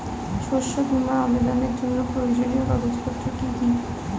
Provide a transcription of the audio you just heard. শস্য বীমা আবেদনের জন্য প্রয়োজনীয় কাগজপত্র কি কি?